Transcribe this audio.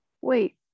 Wait